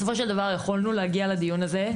בסופו של דבר יכולנו להגיע לדיון הזה,